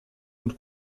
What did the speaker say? und